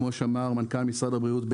כמו שאמר מנכ"ל משרד הבריאות,